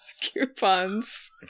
coupons